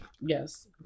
Yes